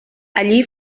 allí